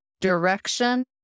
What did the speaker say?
direction